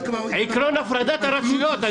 עיקרון הפרדת הרשויות.